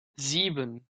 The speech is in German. sieben